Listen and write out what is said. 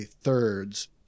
thirds